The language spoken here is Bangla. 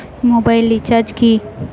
মোবাইল রিচার্জ হয় কি?